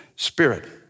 Spirit